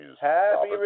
Happy